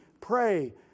Pray